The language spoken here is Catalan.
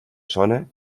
zona